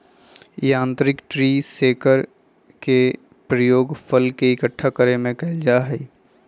यांत्रिक tree shaker के प्रयोग फल के इक्कठा करे में कइल जाहई